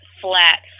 flat